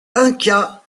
incas